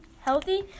healthy